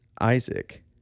Isaac